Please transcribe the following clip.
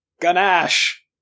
ganache